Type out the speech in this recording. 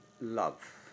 love